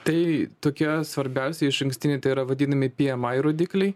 tai tokie svarbiausi išankstiniai tai yra vadinami pmi rodikliai